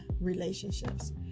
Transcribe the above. relationships